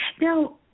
Now